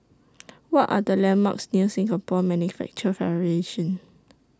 What Are The landmarks near Singapore Manufacturing Federation